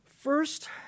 First